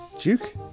Duke